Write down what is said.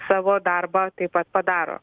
savo darbą taip pat padaro